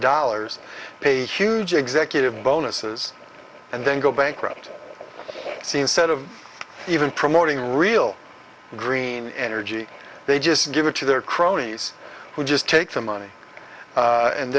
dollars pay huge executive bonuses and then go bankrupt it seems set of even promoting real green energy they just give it to their cronies who just take the money a